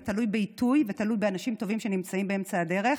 זה תלוי בעיתוי ותלוי באנשים טובים שנמצאים באמצע הדרך.